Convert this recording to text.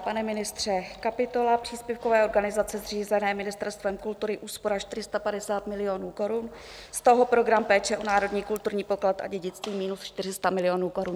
Pane ministře, kapitola příspěvkové organizace zřízené Ministerstvem kultury, úspora 450 milionů korun, z toho program péče o národní kulturní poklad a dědictví minus 400 milionů korun.